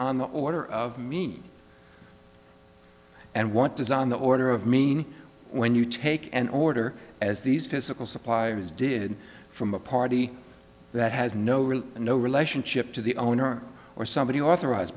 on the order of mean and what does on the order of mean when you take an order as these physical suppliers did from a party that has no real and no relationship to the owner or somebody authorized